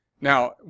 Now